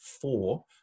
four